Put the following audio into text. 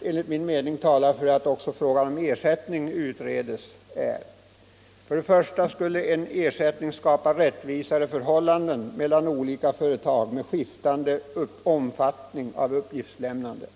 enligt min mening främst talar för att också frågan om ersättningen utreds är följande. 1. En ersättning kunde skapa rättvisare förhållanden mellan olika fö retag med skiftande omfattning av uppgiftslämnande.